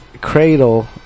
Cradle